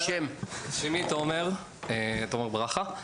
שמי תומר ברכה,